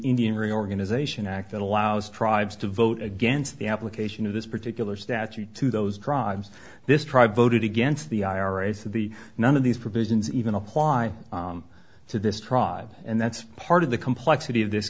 indian reorganization act that allows tribes to vote against the application of this particular statute to those drives this tribe voted against the ira so the none of these provisions even apply to this tribe and that's part of the complexity of this